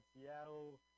seattle